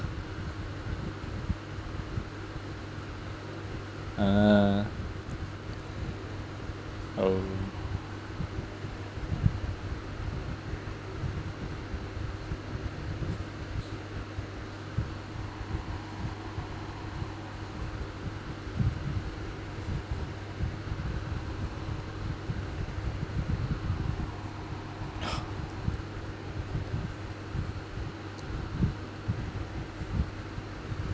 uh oh